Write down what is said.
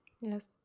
yes